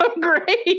Great